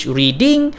reading